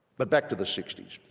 but back to the sixty s!